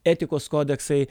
etikos kodeksai